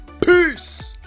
Peace